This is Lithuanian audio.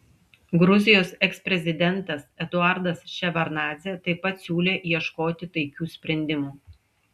gruzijos eksprezidentas eduardas ševardnadzė taip pat siūlė ieškoti taikių sprendimų